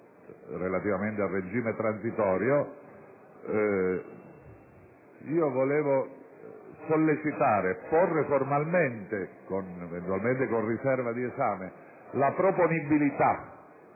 relativamente al regime transitorio. Volevo sollecitare e porre formalmente, eventualmente con riserva di esame, la proponibilità